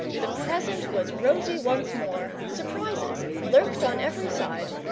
the present was rosy once more, surprises lurked on every side,